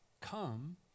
come